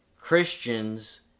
Christians